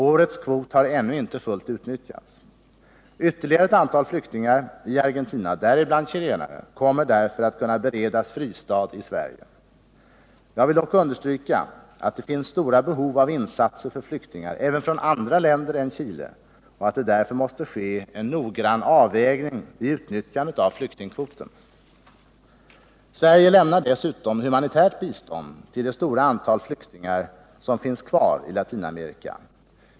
Årets kvot har ännu inte fullt utnyttjats. Ytterligare ett antal flyktingar i Argentina, däribland chilenare, kommer därför att kunna beredas fristad i Sverige. Jag vill dock understryka att det finns stora behov av insatser för flyktingar även från andra länder än Chile och att det därför måste ske en noggrann avvägning vid utnyttjandet av flyktingkvoten. Sverige lämnar dessutom humanitärt bistånd till det stora antal flyktingar som finns kvar i Latinamerika.